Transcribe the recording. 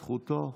זכותו.